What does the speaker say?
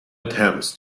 attempts